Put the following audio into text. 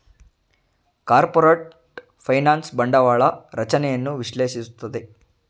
corporate finance ಬಂಡವಾಳ ರಚನೆಯನ್ನು ವಿಶ್ಲೇಷಿಸುತ್ತದೆ